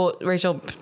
rachel